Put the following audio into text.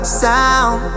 sound